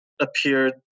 appeared